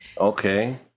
okay